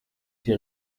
die